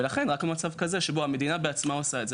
ולכן רק במצב כזה שבו המדינה בעצמה עושה את זה,